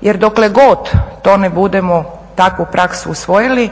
jer dokle god tu mi budemo takvu praksu usvojili